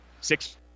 Six